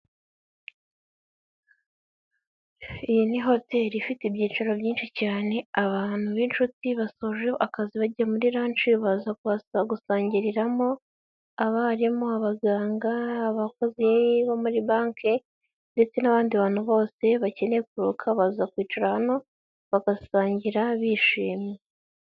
Iyi ni hoteli ifite ibyiciro byinshi cyane abantu b'inshuti basoje akazi bagiye muri lanshi baza gusangiriramo: abarimu, abaganga, abakozi bo muri banki ndetse n'abandi bantu bose bakeneye kuruhuka baza kwicara hano bagasangiramo bishimye.